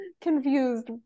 confused